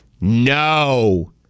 No